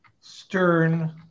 Stern